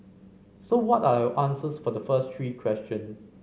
so what are answers for the first three question